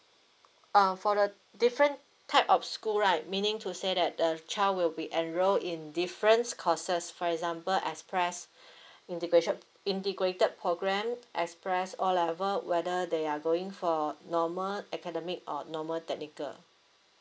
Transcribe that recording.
uh for the different type of school right meaning to say that the child will be enroll in difference courses for example express integration integrated program express O level whether they are going for normal academic or normal technical